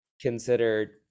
consider